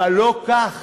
אבל לא כך.